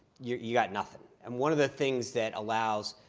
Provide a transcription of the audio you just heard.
you you got nothing. and one of the things that allows